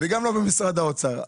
וגם לא במשרד האוצר.